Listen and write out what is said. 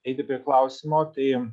eiti prie klausimo tai